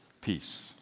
peace